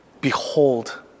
behold